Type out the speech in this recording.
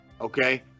Okay